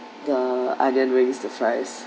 the onion rings to fries